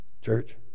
Church